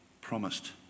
promised